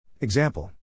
Example